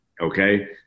okay